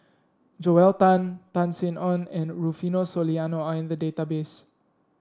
Joel Tan Tan Sin Aun and Rufino Soliano are in the database